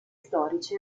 storici